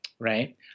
Right